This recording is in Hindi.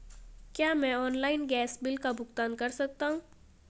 क्या मैं ऑनलाइन गैस बिल का भुगतान कर सकता हूँ?